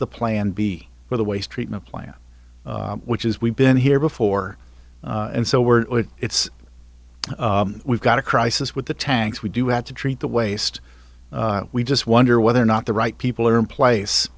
the plan b for the waste treatment plant which is we've been here before and so we're it's we've got a crisis with the tanks we do have to treat the waste we just wonder whether or not the right people are in place